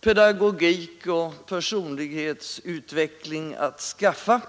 pedagogik och personlighetsutveckling att skaffa.